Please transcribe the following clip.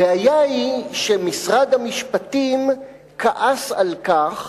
הבעיה היא שמשרד המשפטים כעס על כך